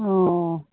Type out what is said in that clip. অঁ